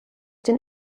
den